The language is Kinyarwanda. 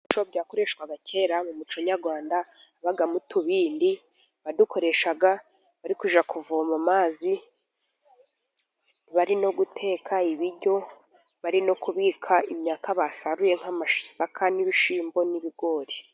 Ibikoresho byakoreshwaga kera mu muco nyarwanda habagamo tubindi, badukoreshaga bari kujya kuvoma amazi bari no guteka ibiryo, bari no kubika imyakaka basaruye nk'amasaka, n'ibishimbo n'ibigori.